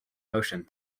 motion